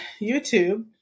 YouTube